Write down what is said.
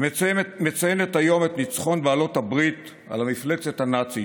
המציינת היום את ניצחון בעלות הברית על המפלצת הנאצית,